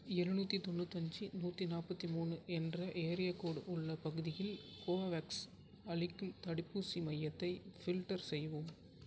எழுநூற்றி தொன்னுத்தஞ்சு நூற்றி நாற்பத்திமூணு என்ற ஏரியா கோட் உள்ள பகுதியில் கோவேக்ஸ் அளிக்கும் தடுப்பூசி மையத்தை ஃபில்டர் செய்யவும்